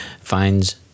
finds